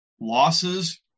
losses